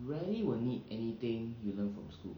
rarely will need anything you learn from school